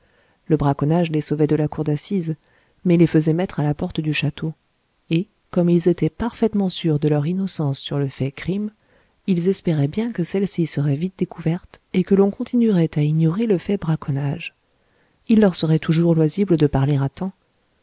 le braconnage les sauvait de la cour d'assises mais les faisait mettre à la porte du château et comme ils étaient parfaitement sûrs de leur innocence sur le fait du crime ils espéraient bien que celle-ci serait vite découverte et que l'on continuerait à ignorer le fait braconnage il leur serait toujours loisible de parler à temps